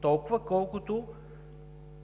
толкова Вас, колкото